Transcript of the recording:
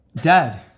dad